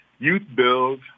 YouthBuild